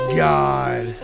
god